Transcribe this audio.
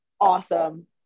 awesome